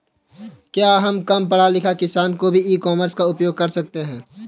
क्या कम पढ़ा लिखा किसान भी ई कॉमर्स का उपयोग कर सकता है?